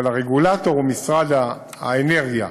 אבל הרגולטור הוא משרד האנרגיה.